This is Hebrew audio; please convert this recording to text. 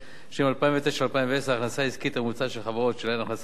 בשנים 2009 2010 ההכנסה העסקית הממוצעת של חברות שלהן הכנסה עסקית של